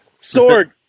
Sword